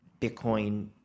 Bitcoin